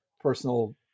personal